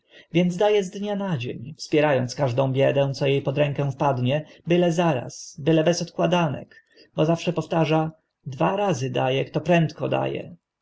więc da e z dnia na dzień wspiera ąc każdą biedę co e pod rękę wpadnie byle zaraz byle bez odkładanek bo zawsze powtarza dwa razy da e kto prędko da